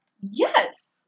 Yes